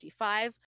55